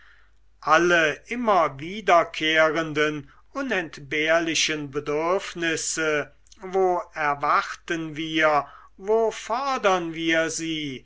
alle immer wiederkehrenden unentbehrlichen bedürfnisse wo erwarten wir wo fordern wir sie